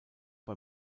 bei